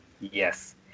Yes